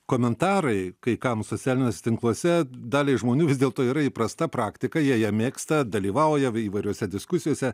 komentarai kai kam socialiniuose tinkluose daliai žmonių vis dėlto yra įprasta praktika jie ją mėgsta dalyvauja įvairiose diskusijose